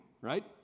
right